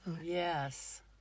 Yes